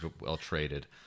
well-traded